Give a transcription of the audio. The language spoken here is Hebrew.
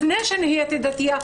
לפני שנהייתי דתייה,